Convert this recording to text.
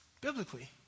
biblically